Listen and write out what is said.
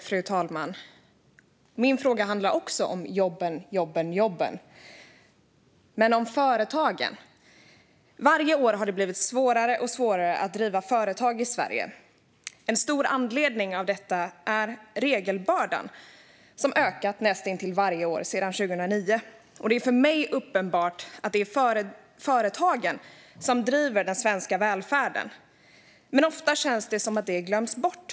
Fru talman! Min fråga handlar också om jobben, jobben, jobben. Den handlar om företagen. Varje år har det blivit svårare och svårare att driva företag i Sverige. En stor anledning till detta är regelbördan, som ökat näst intill varje år sedan 2009. Det är för mig uppenbart att det är företagen som driver den svenska välfärden, men ofta känns det som att det glöms bort.